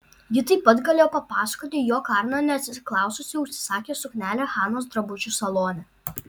ji taip pat galėjo papasakoti jog karna neatsiklaususi užsisakė suknelę hanos drabužių salone